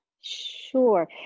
sure